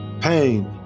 pain